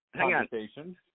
conversation